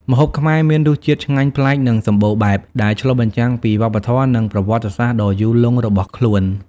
ម្ហូបខ្មែរមានរសជាតិឆ្ងាញ់ប្លែក និងសម្បូរបែប ដែលឆ្លុះបញ្ចាំងពីវប្បធម៌ និងប្រវត្តិសាស្ត្រដ៏យូរលង់របស់ខ្លួន ។